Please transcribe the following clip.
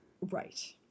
Right